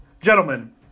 gentlemen